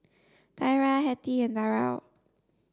Tyra Hetty and Darell